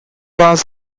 was